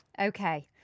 Okay